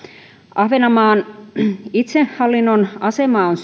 ahvenanmaan itsehallinnon asemaa on